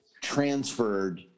transferred